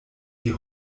die